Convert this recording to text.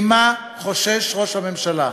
ממה חושש ראש הממשלה?